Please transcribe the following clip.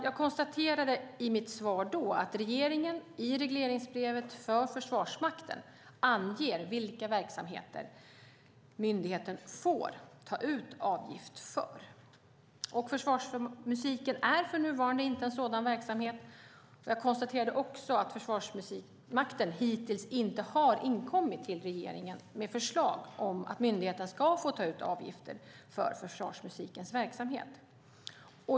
Jag konstaterade i mitt svar då att regeringen i regleringsbrevet för Försvarsmakten anger vilka verksamheter myndigheten får ta ut avgift för. Försvarsmusiken är för närvarande inte en sådan verksamhet. Jag konstaterade också att Försvarsmakten hittills inte har inkommit till regeringen med förslag om att myndigheten ska få ta ut avgifter för försvarsmusikens verksamhet.